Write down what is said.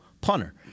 punter